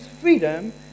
freedom